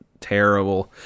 terrible